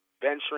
venturing